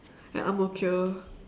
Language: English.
at ang-mo-kio